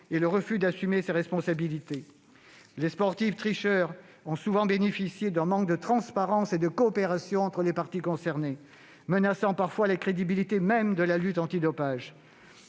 et le refus d'assumer ses responsabilités. Les sportifs tricheurs ont souvent bénéficié d'un manque de transparence et de coopération entre les parties concernées, menaçant parfois la crédibilité même de la lutte antidopage.